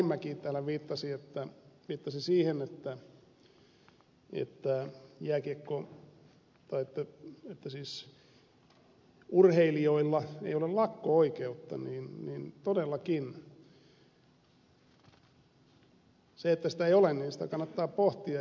arhinmäki täällä viittasi siihen että urheilijoilla ei ole lakko oikeutta niin todellakin sitä että sitä ei ole kannattaa pohtia